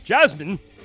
Jasmine